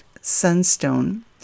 Sunstone